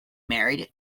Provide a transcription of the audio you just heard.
married